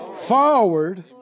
Forward